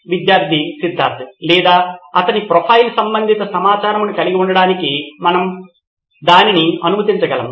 విద్యార్థి సిద్ధార్థ్ లేదా అతని ప్రొఫైల్ సంబంధిత సమాచారమును కలిగి ఉండటానికి మనము దానిని అనుమతించగలము